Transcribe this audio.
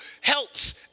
Helps